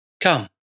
Come